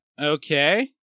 Okay